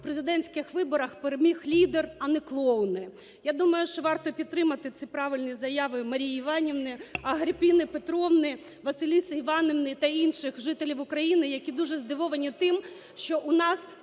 на президентських виборах переміг лідер, а не клоуни. Я думаю, що варто підтримати ці правильні заяви Марії Іванівни, Агрипини Петрівни, Василиси Іванівни та інших жителів України, які дуже здивовані тим, що у нас